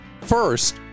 First